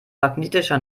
magnetischer